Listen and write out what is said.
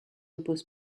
oppose